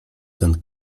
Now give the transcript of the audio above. ten